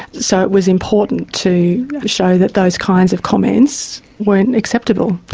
so it was important to show that those kinds of comments weren't acceptable.